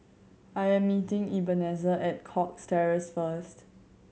I'm meeting Ebenezer at Cox Terrace first